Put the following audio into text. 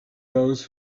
those